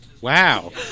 Wow